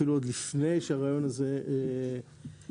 אפילו עוד לפני שהרעיון הזה מתחיל